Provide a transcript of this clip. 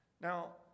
Now